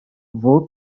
вӑл